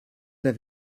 der